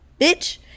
bitch